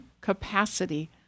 capacity